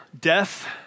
death